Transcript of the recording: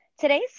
today's